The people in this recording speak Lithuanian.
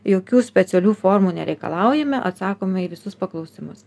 jokių specialių formų nereikalaujame atsakome į visus paklausimus